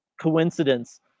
coincidence